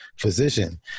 physician